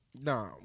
nah